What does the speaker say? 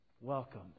welcome